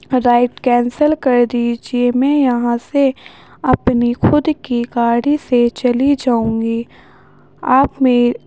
ride cancel کر دیجیے میں یہاں سے اپنی خود کی گاڑی سے چلی جاؤں گی آپ میں